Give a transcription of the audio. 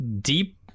deep